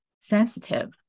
sensitive